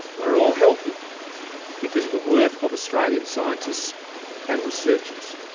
we are all healthier because of the work of australian scientists and researchers,